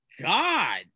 god